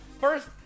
first